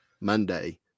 Monday